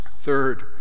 third